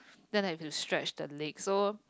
then I have to stretch the leg so